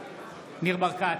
ניר ברקת,